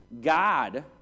God